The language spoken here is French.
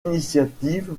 initiatives